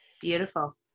Beautiful